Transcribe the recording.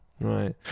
Right